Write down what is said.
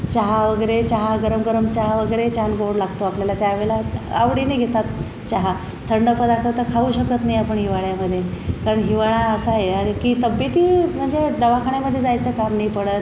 चहा वगैरे चहा गरम गरम चहा वगैरे छान गोड लागतो आपल्याला त्या वेळेला आवडीने घेतात चहा थंड पदार्थ तर खाऊ शकत नाही आपण हिवाळ्यामधे कारण हिवाळा असा आहे आरखी तब्येती म्हणजे दवाखान्यामधे जायचं काम नाही पडत